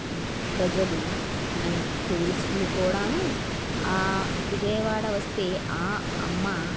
ప్రజలు అండ్ టూరిస్టులు కూడాను విజయవాడ వస్తే ఆ అమ్మ